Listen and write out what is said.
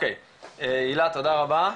הילה, תודה רבה.